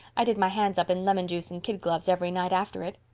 i did my hands up in lemon juice and kid gloves every night after it.